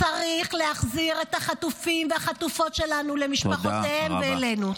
צריך להחזיר החטופים והחטופות שלנו למשפחותיהם ואלינו.